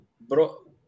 bro